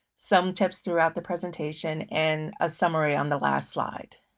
some tips throughout the presentation, and a summary on the last slide.